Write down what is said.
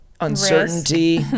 uncertainty